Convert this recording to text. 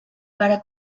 para